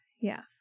Yes